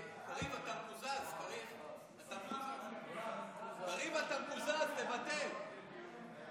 צו הכללת אמצעי זיהוי ביומטריים ונתוני זיהוי ביומטריים במסמכי זיהוי